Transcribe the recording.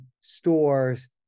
stores